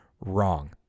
wrong